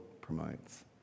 promotes